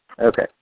Okay